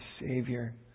Savior